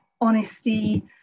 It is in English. honesty